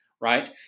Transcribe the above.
right